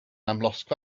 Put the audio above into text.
amlosgfa